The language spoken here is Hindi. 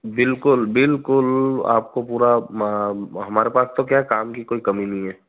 बिल्कुल बिल्कुल आपको पूरा मा हमारे पास तो क्या है काम की कोई कमी नहीं है